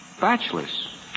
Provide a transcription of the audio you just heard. Bachelors